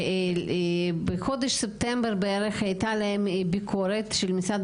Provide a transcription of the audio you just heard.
שבחודש ספטמבר הייתה להם ביקורת של משרד